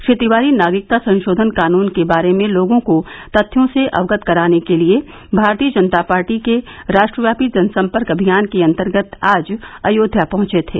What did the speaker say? श्री तिवारी नागरिकता संशोधन कानून के बारे में लोगों को तथ्यों से अवगत कराने के लिए भारतीय जनता पार्टी के राष्ट्रव्यापी जनसंपर्क अमियान के अंतर्गत आज अयोध्या पहंचे थे